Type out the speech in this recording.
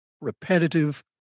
repetitive